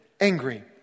angry